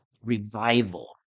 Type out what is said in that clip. revival